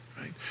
right